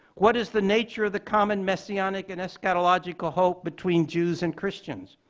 what is the nature of the common messianic and eschatological hope between jews and christians?